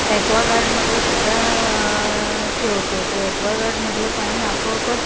ॲक्वागार्डमध्ये सुद्धा ठेवतो ते एक्वागाडमधलं पाणी आपोआपच